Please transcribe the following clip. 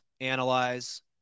analyze